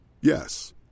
Yes